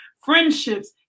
friendships